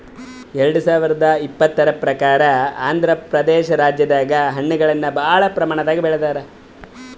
ಎರಡ ಸಾವಿರದ್ ಇಪ್ಪತರ್ ಪ್ರಕಾರ್ ಆಂಧ್ರಪ್ರದೇಶ ರಾಜ್ಯದಾಗ್ ಹಣ್ಣಗಳನ್ನ್ ಭಾಳ್ ಪ್ರಮಾಣದಾಗ್ ಬೆಳದಾರ್